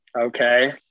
okay